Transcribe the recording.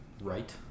right